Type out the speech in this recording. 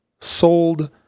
sold